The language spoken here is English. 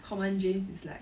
common genes is like